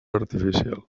artificial